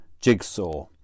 jigsaw